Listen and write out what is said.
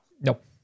Nope